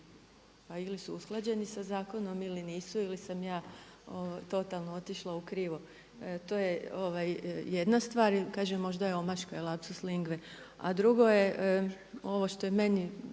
Pa ili su usklađeni sa zakonom ili nisu ili sam ja totalno otišla u krivo. To je jedna stvar. Kažem možda je omaška ili lapsus linguae. A drugo je, ovo što je meni